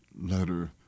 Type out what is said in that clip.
letter